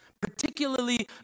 particularly